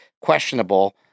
questionable